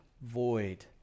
void